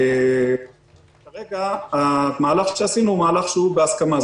כרגע המהלך שעשינו הוא מהלך בהסכמה.